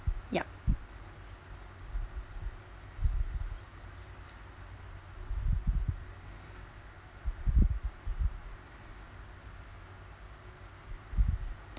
yup